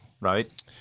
right